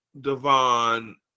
Devon